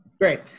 Great